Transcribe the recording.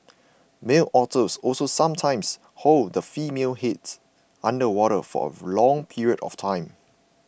male otters also sometimes hold the female's head under water for a long period of time